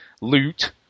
loot